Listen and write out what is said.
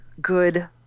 good